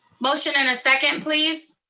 motion and a second please.